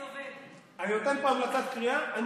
אני נותן פה המלצת קריאה.